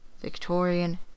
Victorian